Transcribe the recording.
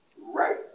right